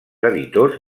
editors